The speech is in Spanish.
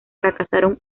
fracasaron